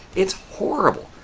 it's horrible.